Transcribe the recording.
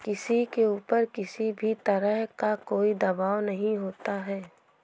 किसी के ऊपर किसी भी तरह का कोई दवाब नहीं होता है